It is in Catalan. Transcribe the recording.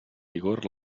vigor